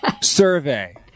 survey